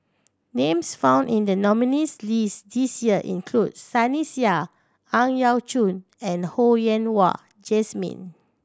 names found in the nominees' list this year include Sunny Sia Ang Yau Choon and Ho Yen Wah Jesmine